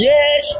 Yes